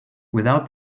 without